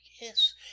yes